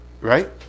right